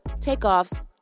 Takeoff's